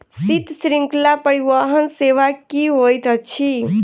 शीत श्रृंखला परिवहन सेवा की होइत अछि?